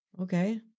Okay